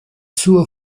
suo